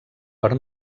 per